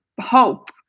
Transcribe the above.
hope